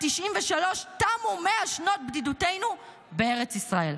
1993 תמו 100 שנות בדידותנו בארץ ישראל.